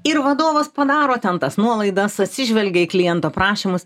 ir vadovas padaro ten tas nuolaidas atsižvelgia į kliento prašymus